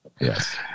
Yes